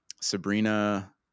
Sabrina